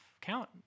count